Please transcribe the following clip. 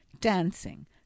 dancing